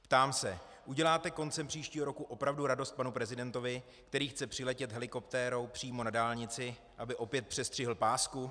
Ptám se: Uděláte koncem příštího roku opravdu radost panu prezidentovi, který chce přiletět helikoptérou přímo na dálnici, aby opět přestřihl pásku?